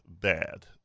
bad